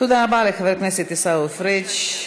תודה רבה לחבר הכנסת עיסאווי פריג'.